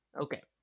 Okay